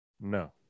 No